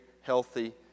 healthy